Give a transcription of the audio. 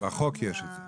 בחוק יש את זה.